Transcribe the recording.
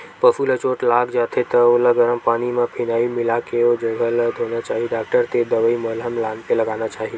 पसु ल चोट लाग जाथे त ओला गरम पानी म फिनाईल मिलाके ओ जघा ल धोना चाही डॉक्टर तीर दवई मलहम लानके लगाना चाही